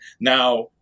Now